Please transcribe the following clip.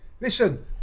Listen